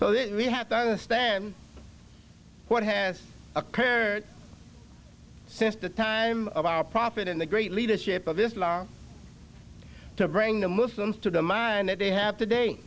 that we have to understand what has occurred since the time of our prophet and the great leadership of islam to bring the muslims to the mind that they have today